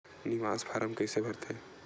निकास फारम कइसे भरथे?